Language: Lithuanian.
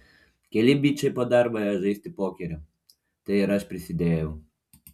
keli bičai po darbo ėjo žaisti pokerio tai ir aš prisidėjau